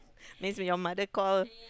means your mother call